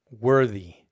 worthy